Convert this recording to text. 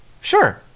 sure